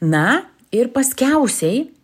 na ir paskiausiai